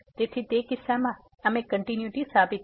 તેથી તે કિસ્સામાં અમે કંટીન્યુટી સાબિત કરી છે